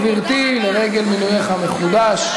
גברתי, לרגל מינויך המחודש.